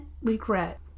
regret